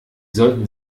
sollten